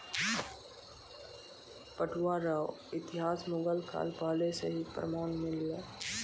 पटुआ रो इतिहास मुगल काल पहले से ही प्रमान मिललै